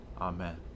Amen